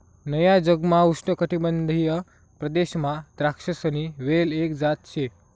नया जगमा उष्णकाटिबंधीय प्रदेशमा द्राक्षसनी वेल एक जात शे